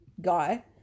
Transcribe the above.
guy